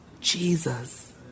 Jesus